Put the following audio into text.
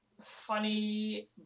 funny